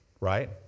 Right